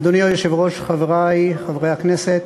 אדוני היושב-ראש, חברי חברי הכנסת,